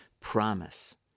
promise